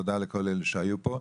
תודה לכל אלה שהיו פה.